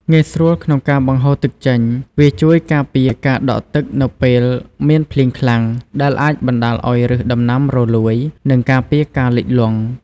ងាយស្រួលក្នុងការបង្ហូរទឹកចេញ វាជួយការពារការដក់ទឹកនៅពេលមានភ្លៀងខ្លាំង ដែលអាចបណ្ដាលឲ្យឬសដំណាំរលួយ និងការពារការលិចលង់។